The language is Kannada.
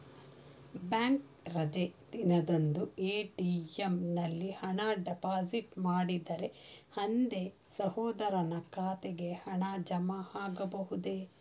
ಬ್ಯಾಂಕ್ ರಜೆ ದಿನದಂದು ಎ.ಟಿ.ಎಂ ನಲ್ಲಿ ಹಣ ಡಿಪಾಸಿಟ್ ಮಾಡಿದರೆ ಅಂದೇ ಸಹೋದರನ ಖಾತೆಗೆ ಹಣ ಜಮಾ ಆಗಬಹುದೇ?